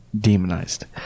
demonized